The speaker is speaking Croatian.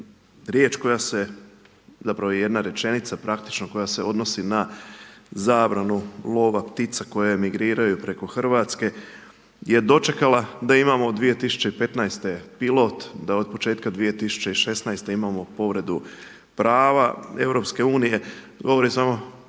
riječ koja se, zapravo i jedna rečenica praktično koja se odnosi na zabranu lova ptica koje migriraju preko Hrvatske je dočekala da imamo 2015. pilot, da od početka 2016. imamo i povredu prava EU, govori samo